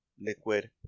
liquid